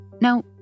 Now